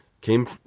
came